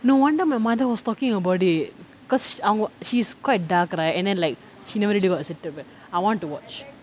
no wonder my mother was talking about it because a~ she's quite dark right and then like she never really got accepted but I want to watch